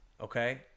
Okay